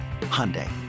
Hyundai